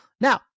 Now